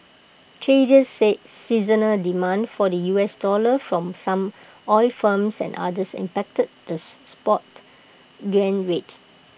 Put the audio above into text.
traders said seasonal demand for the U S dollar from some oil firms and others impacted this spot yuan rate